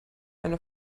eine